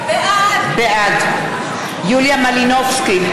בעד יוליה מלינובסקי,